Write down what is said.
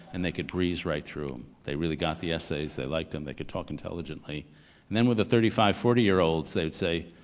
and they could breeze right through em. they really got the essays, they liked them, they could talk intelligently. and then with the thirty five, forty year olds, they'd say,